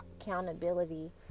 accountability